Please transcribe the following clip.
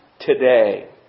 today